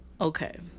Okay